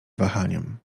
wahaniem